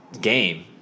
game